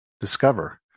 discover